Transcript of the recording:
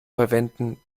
verwenden